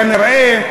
כנראה,